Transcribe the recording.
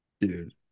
Dude